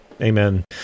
Amen